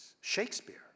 Shakespeare